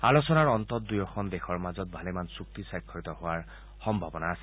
আলোচনাৰ অন্তত দুয়োখন দেশৰ মাজত ভালেমান চুক্তি স্বাক্ষৰিত হোৱাৰ সম্ভাৱনা আছে